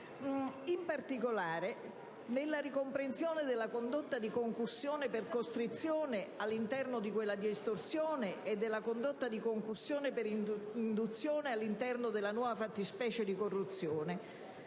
in particolare nella ricomprensione della condotta di concussione per costrizione all'interno di quella di estorsione e della condotta di concussione per induzione all'interno della nuova fattispecie di corruzione,